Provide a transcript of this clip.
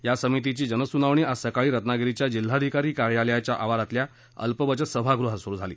या समितीची जनसुनावणी आज सकाळी रत्नागिरीच्या जिल्हाधिकारी कार्यालयाच्या आवारातल्या अल्पबचत सभागृहात सुरू झाली